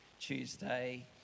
Tuesday